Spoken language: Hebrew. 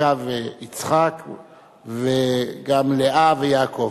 רבקה ויצחק, וגם לאה ויעקב.